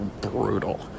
brutal